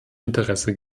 interesse